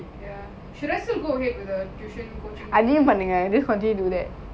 should I still go ahead with the tuition